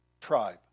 tribe